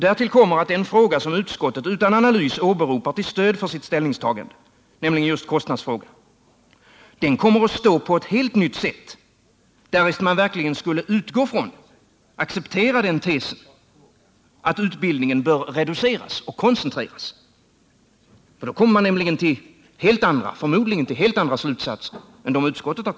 Därtill kommer att den fråga som utskottet utan analys åberopar till stöd för sitt ställningstagande — nämligen just kostnadsfrågan — kommer att stå på ett helt nytt sätt därest man verkligen accepterar tesen att utbildningen bör reduceras och koncentreras. Då kommer man förmodligen till helt andra slutsatser än utskottet.